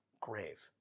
grave